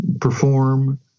perform